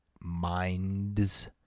minds